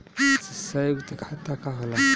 सयुक्त खाता का होला?